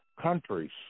countries